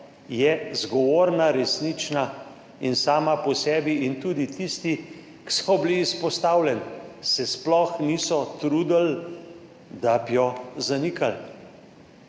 je zgovorna in resnična sama po sebi. In tudi tisti, ki so bili izpostavljeni, se sploh niso trudili, da bi jo zanikali.